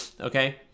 Okay